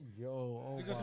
Yo